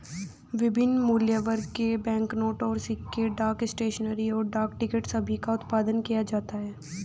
विभिन्न मूल्यवर्ग के बैंकनोट और सिक्के, डाक स्टेशनरी, और डाक टिकट सभी का उत्पादन किया जाता है